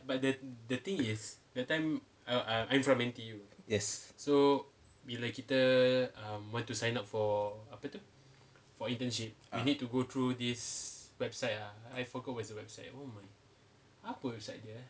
yes uh